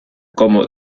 como